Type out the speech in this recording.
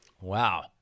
Wow